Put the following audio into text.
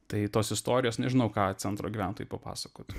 tai tos istorijos nežinau ką centro gyventojai papasakotų